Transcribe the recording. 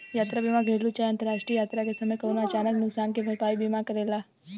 यात्रा बीमा घरेलु चाहे अंतरराष्ट्रीय यात्रा के समय कवनो अचानक नुकसान के भरपाई बीमा करेला